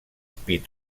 speed